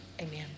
Amen